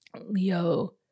Leo